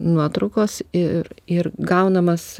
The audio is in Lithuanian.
nuotraukos ir ir gaunamas